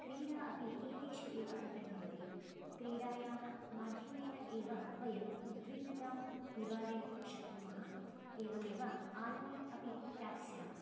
क्रीडा अपि एतेषु एव अन्तर्भवति क्रीडायाः माध्यमेन एव वयम् उद्विग्नतां निवारयितुं शक्नुमः एवमेव आनन्दम् अपि प्राप्स्यामः